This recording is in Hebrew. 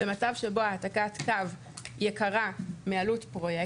במצב שבו העתקת קו יקרה מעלות פרויקט,